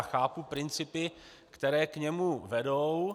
Chápu principy, které k němu vedou.